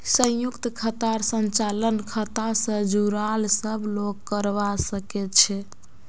संयुक्त खातार संचालन खाता स जुराल सब लोग करवा सके छै